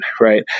right